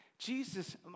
Jesus